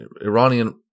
Iranian